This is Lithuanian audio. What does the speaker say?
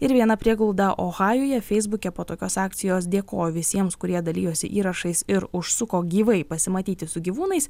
ir vieną prieglaudą ohajuje feisbuke po tokios akcijos dėkojo visiems kurie dalijosi įrašais ir užsuko gyvai pasimatyti su gyvūnais